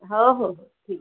हो हो ठीक